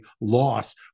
loss